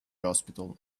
hospital